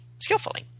skillfully